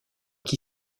qui